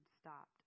stopped